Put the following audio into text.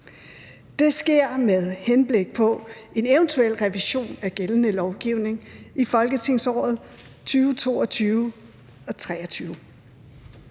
Det sker med henblik på en eventuel revision af gældende lovgivning i folketingsåret 2022-23.